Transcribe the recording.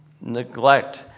neglect